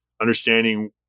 understanding